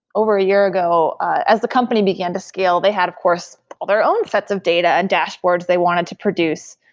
over a year ago, as the company began to scale they had of course all their own sets of data and dashboards they wanted to produce.